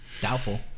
Doubtful